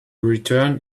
return